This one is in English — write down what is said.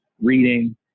reading